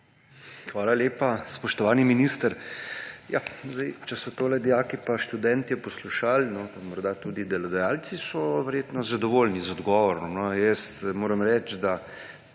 Hvala lepa. Spoštovani minister, če so tole dijaki pa študentje poslušali, morda tudi delodajalci, so verjetno zadovoljni z odgovorom. Moram reči, da